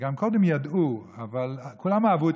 גם קודם ידעו, כולם אהבו את